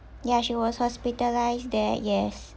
ya she was hospitalized there yes